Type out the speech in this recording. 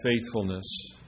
faithfulness